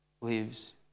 lives